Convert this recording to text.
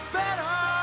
better